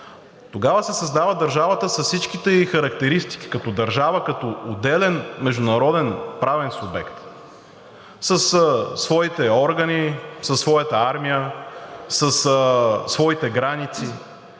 Тогава се създава държавата с всичките ѝ характеристики като държава, като отделен международен правен субект - със своите органи, със своята армия, със своите граници,